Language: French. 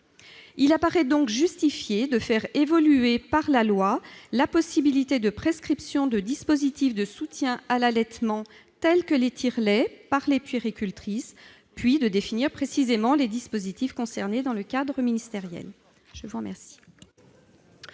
Il apparaît donc justifié de faire évoluer par la loi la possibilité de prescription de dispositifs de soutien à l'allaitement tels que les tire-laits par les puéricultrices, puis de définir précisément les dispositifs concernés dans le cadre ministériel. Les deux